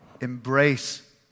embrace